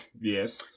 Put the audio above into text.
Yes